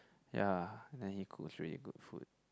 ya and he cooks really good food